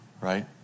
right